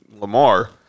Lamar